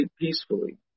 peacefully